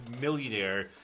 millionaire